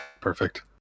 Perfect